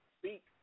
speak